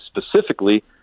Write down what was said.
specifically